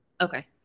Okay